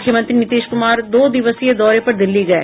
मुख्यमंत्री नीतीश कुमार दो दिवसीय दौरे पर दिल्ली गये